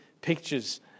pictures